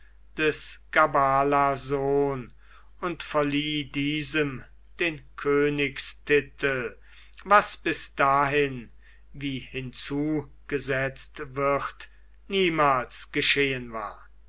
des gabala sohn und verlieh diesem den königstitel was bis dahin wie hinzugesetzt wird niemals geschehen war